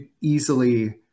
easily